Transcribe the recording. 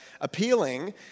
appealing